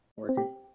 working